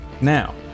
Now